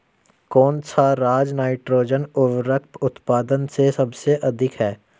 कौन सा राज नाइट्रोजन उर्वरक उत्पादन में सबसे अधिक है?